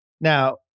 now